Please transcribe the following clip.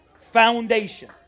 Foundation